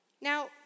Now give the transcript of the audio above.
Now